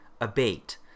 abate